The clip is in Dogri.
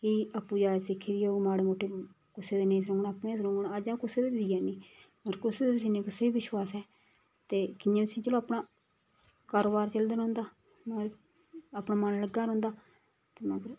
फ्ही आपूं जाच सिक्खी दी होग माड़ी मुट्टी कुसै दे नेईं सलोङन अपने गै सलोङन अज्ज आ'ऊं अपने बी सिया नी होर कुसै दे बी सीनी कुसै बी विश्वास ऐ ते कि'यां चलो अपना कारोबार चलदा रौंह्दा अपना मन लग्गा होंदा ते मगर